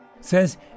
Says